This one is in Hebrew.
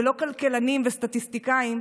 ולא כלכלנים וסטטיסטיקאים,